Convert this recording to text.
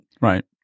Right